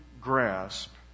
grasp